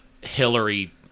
Hillary